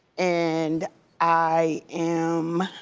and i am